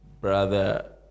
brother